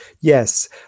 yes